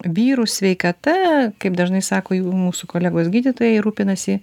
vyrų sveikata kaip dažnai sako jų mūsų kolegos gydytojai rūpinasi